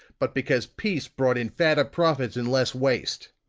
but because peace brought in fatter profits and less waste.